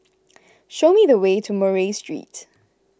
show me the way to Murray Street